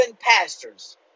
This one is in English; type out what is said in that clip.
pastors